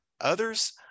Others